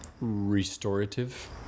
restorative